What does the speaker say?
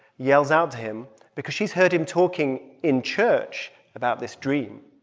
yells out to him because she's heard him talking in church about this dream.